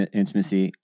intimacy